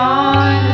on